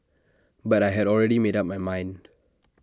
but I had already made up my mind